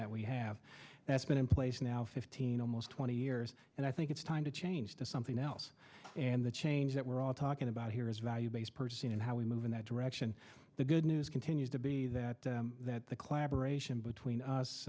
that we have that's been in place now fifteen almost twenty years and i think it's time to change to something else and the change that we're all talking about here is value based person and how we move in that direction the good news continues to be that the clabber ation between us